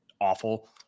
awful